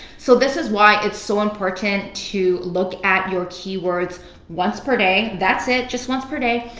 so this is why it's so important to look at your keywords once per day, that's it, just once per day.